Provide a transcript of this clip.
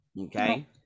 okay